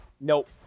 nope